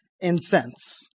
incense